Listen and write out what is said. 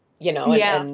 you know. yeah.